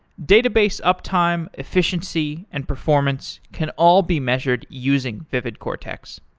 database uptime, efficiency, and performance can all be measured using vividcortex.